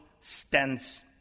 stands